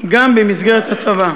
גם במסגרת הצבא.